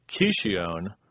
Kishion